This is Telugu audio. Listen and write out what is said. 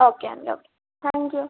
ఓకే అండి ఓకే థ్యాంక్ యూ